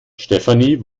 stefanie